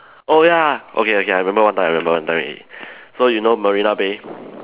oh ya okay okay I remember one time I remember one time already so you know Marina Bay